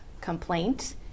complaint